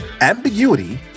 ambiguity